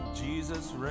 Jesus